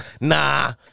Nah